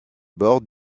bords